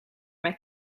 mij